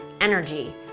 energy